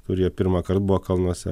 kurie pirmąkart buvo kalnuose